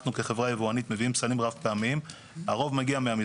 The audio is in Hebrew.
כל אחד צריך להסתכל על העסק שלו או להפוך אותו למשהו אחר לחלוטין